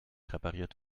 repariert